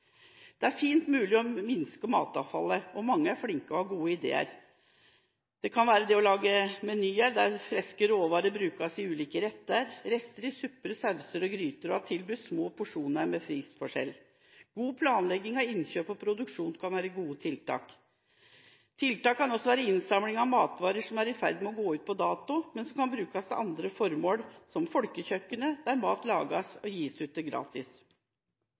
Det er absolutt mulig å minske matavfallet, og mange er flinke og har gode ideer. Det kan være det å lage menyer der friske råvarer brukes i ulike retter, rester i supper, sauser og gryter, og det å tilby små porsjoner med prisforskjell. God planlegging av innkjøp og produksjon kan også være gode tiltak. Tiltak kan også være innsamling av matvarer som er i ferd med å gå ut på dato, men som kan brukes til andre formål – som Folkekjøkkenet, der mat lages og gis ut gratis.